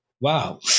wow